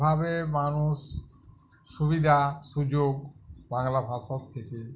ভাবে মানুষ সুবিধা সুযোগ বাংলা ভাষার থেকে